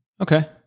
Okay